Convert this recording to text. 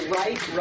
right